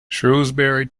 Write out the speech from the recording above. shrewsbury